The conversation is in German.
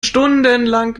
stundenlang